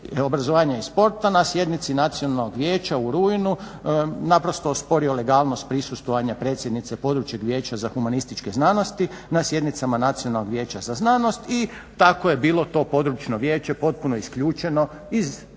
obrazovanja i sporta na sjednici Nacionalnog vijeća u rujnu naprosto osporio legalnost prisustvovanja predsjednice područnog vijeća za humanističke znanosti na sjednicama Nacionalnog vijeća za znanost i tako je bilo to Područno vijeće potpuno isključeno iz djelovanja